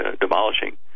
demolishing